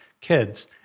kids